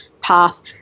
path